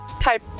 type